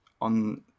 on